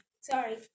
Sorry